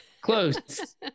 close